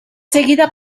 seguida